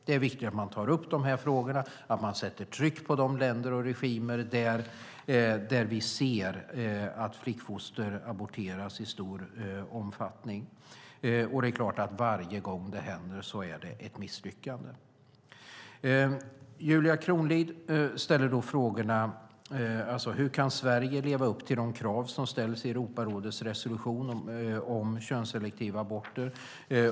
Det är viktigt att man tar upp dessa frågor, att man sätter tryck på de länder och regimer där vi ser att flickfoster aborteras i stor omfattning. Det är klart att det är ett misslyckande varje gång det händer. Julia Kronlid frågar hur Sverige kan leva upp till de krav som ställs i Europarådets resolution om könsselektiva aborter.